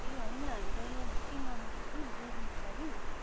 ए होइन हामीलाई यो बुकिङ गर्नु थियो कि दुई दिनको लागि